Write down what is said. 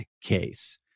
case